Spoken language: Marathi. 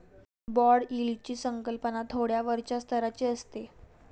बाँड यील्डची संकल्पना थोड्या वरच्या स्तराची असते